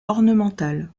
ornemental